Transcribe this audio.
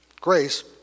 grace